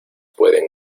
pueden